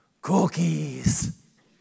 Cookies